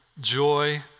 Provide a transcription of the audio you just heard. joy